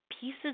pieces